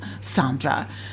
Sandra